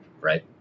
Right